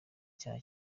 cyaba